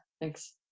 thanks